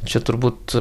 čia turbūt